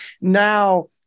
now